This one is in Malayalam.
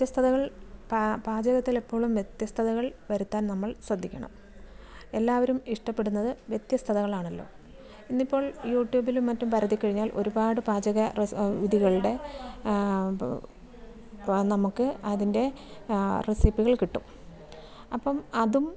വ്യത്യസ്തതകൾ പാചകത്തിലെപ്പോഴും വ്യത്യസ്തതകൾ വരുത്താൻ നമ്മൾ ശ്രദ്ധിക്കണം എല്ലാവരും ഇഷ്ടപ്പെടുന്നത് വ്യത്യസ്തതകൾ ആണല്ലോ ഇന്നിപ്പോൾ യൂട്യുബിലും മറ്റ് പരതി കഴിഞ്ഞാൽ ഒരുപാട് പാചക റെസി വിധികളുടെ നമുക്ക് അതിൻ്റെ റെസിപ്പികൾ കിട്ടും അപ്പം അതും